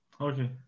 okay